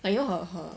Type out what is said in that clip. like you know her her